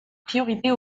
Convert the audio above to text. priorités